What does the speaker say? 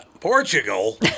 Portugal